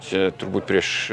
čia turbūt prieš